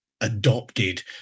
adopted